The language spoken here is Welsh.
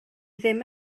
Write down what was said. ddim